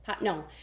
No